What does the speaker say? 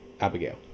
Abigail